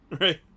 right